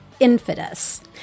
Infidus